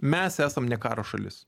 mes esam ne karo šalis